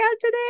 today